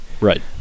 Right